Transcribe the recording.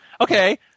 Okay